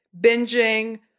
binging